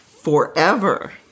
Forever